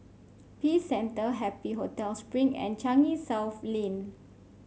Peace Centre Happy Hotel Spring and Changi South Lane